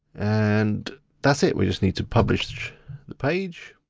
and that's it, we just need to publish the page.